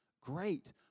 Great